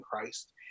Christ